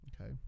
Okay